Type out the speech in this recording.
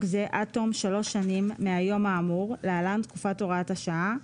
זה עד תום שלוש שנים מהיום האמור (להלן תקופת הוראת השעה),